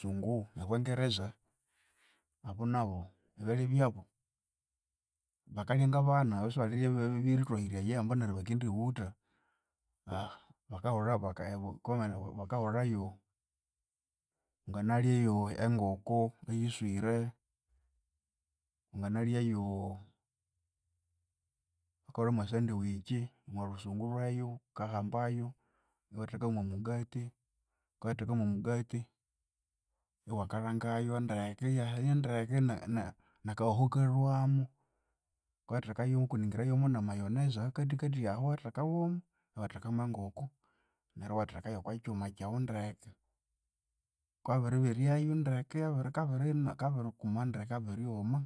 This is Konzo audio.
Sungu ebwengereza Abu nabu ebyalya byabu bakalyangabana, abu sibalirya ebirithohire eyehe eribugha ambu nabu bakendighutha. bakahulayu wanginalyayu enkoko eyiswire, wanginalyayu bakahulha mu sandwitch omwalhusungu lweyu wukahambayu iwatheka yomomugati, wukabya wabitheka yomwamugati, iwakalanga yo ndeke iyahenya ndeke, ne- nakohoho ikalwamu, wukayathekayomo kuningirayu ndeke namayoneza ahakathikathi aho iwathekawomo, iwatheka mwa nkoko neryu iwatheka yo kwakyuma kyawu ndeke, wukabya wabiriberya yu ndeke kabiri kabikabiryuma,